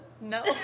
No